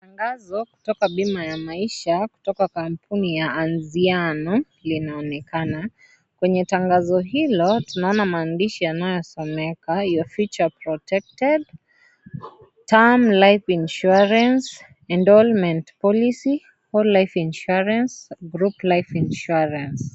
Tangazo kutoka bima ya maisha kutoka kampuni ya Ziano linaonekana. Kwenye tangazo hilo tunaona maandishi yanayosomeka Your future protected. Term life Insurance , Enrollment policy, whole life insurance , Group life insurance .